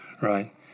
Right